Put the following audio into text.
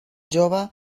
jove